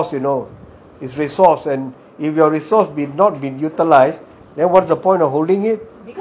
no I mean it is still a resource you know is resource and if your resource has not been utilised then what is the point of holding it